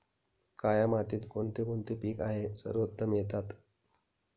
काया मातीत कोणते कोणते पीक आहे सर्वोत्तम येतात?